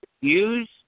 use